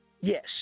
yes